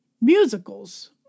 musicals